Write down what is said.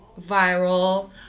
viral